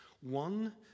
one